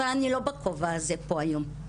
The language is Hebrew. אבל אני לא בכובע הזה פה היום.